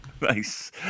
Nice